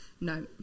No